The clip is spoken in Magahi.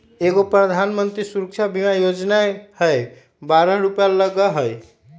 एगो प्रधानमंत्री सुरक्षा बीमा योजना है बारह रु लगहई?